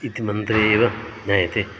इति मन्त्रे एव ज्ञायते